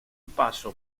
paso